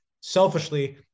selfishly